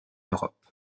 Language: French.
europe